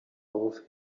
off